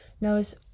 knows